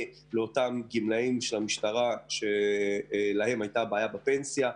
לגמלאי המשטרה שהייתה להם בעיה בפנסיה,